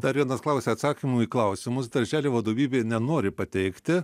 dar vienas klausia atsakymų į klausimus darželio vadovybė nenori pateikti